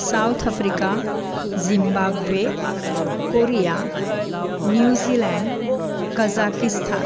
south Africa Zimbabwe Korea New Zealand Kazakhstan